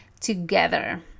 together